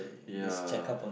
ya